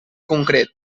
concret